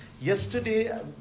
Yesterday